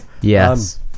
Yes